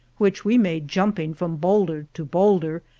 which we made jumping from boulder to boulder,